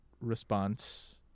response